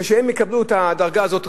כשהם יקבלו את הדרגה הזאת,